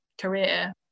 career